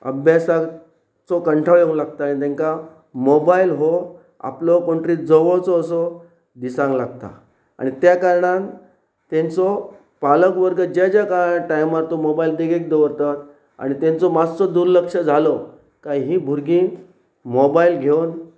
अभ्यासाचो कंठाळ येवंक लागता आनी तांकां मोबायल हो आपलो कोण तरी जवळचो असो दिसांक लागता आनी त्या कारणान तेंचो पालक वर्ग जे ज्या टायमार तो मोबायल देगेक दवरतात आनी तेंचो मात्सो दुर्लक्ष जालो काय हीं भुरगीं मोबायल घेवन